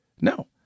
no